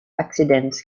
accidents